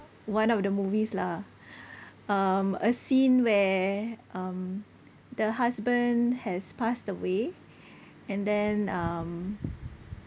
one of the movies lah um a scene where um the husband has passed away and then um